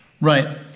Right